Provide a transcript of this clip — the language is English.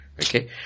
okay